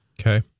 Okay